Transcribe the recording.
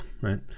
right